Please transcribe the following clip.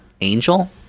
Angel